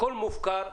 הכול מופקר,